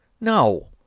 no